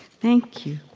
thank you